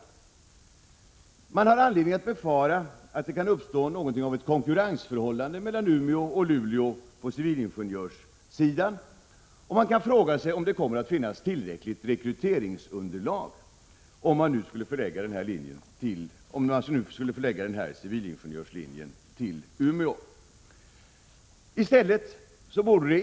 Om civilingenjörslinjen skulle förläggas till Umeå har man anledning att befara att det beträffande civilingenjörsutbildningen kan komma att uppstå något av ett konkurrensförhållande mellan Umeå och Luleå. Man kan också fråga sig om det kommer att finnas tillräckligt rekryteringsunderlag.